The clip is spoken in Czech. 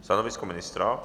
Stanovisko ministra?